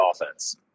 offense